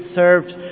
served